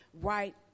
right